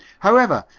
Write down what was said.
however,